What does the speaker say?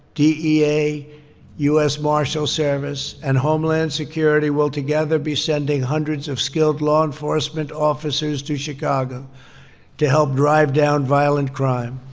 dea, u s. marshals service, and homeland security will together be sending hundreds of skilled law enforcement officers to chicago to help drive down violent crime.